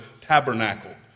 tabernacle